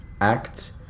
act